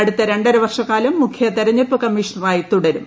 അടുത്ത രണ്ടര വർഷക്കാലം മുഖ്യ തെരഞ്ഞെടുപ്പ് കമ്മീഷണറായി തുടരും